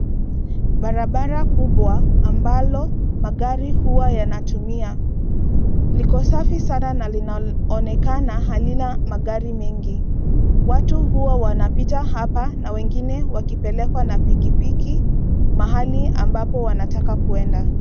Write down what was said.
Barabara kubwa ambalo magari hua yanatumia, liko safi sana na linaonekana halina magari mengi. Watu hua wanapita hapa na wengine wakipeekwa na pikipiki mahali ambapo wanataka kuenda.